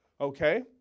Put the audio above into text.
okay